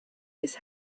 his